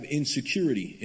insecurity